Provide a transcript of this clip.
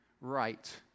right